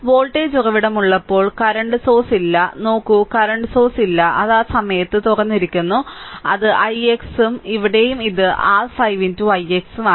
voltage ഉറവിടം ഉള്ളപ്പോൾ current source ഇല്ല നോക്കൂ കറന്റ് സോഴ്സ് ഇല്ല അത് ആ സമയത്ത് തുറന്നിരിക്കുന്നു അത് ix " ഇവിടെയും ഇത് r 5 ix "